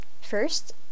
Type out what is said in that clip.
first